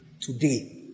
today